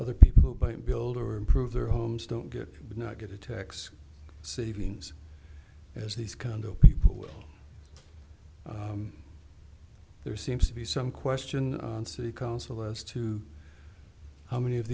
other people but build or improve their homes don't get would not get a tax savings as these kind of people will there seems to be some question on city council as to how many of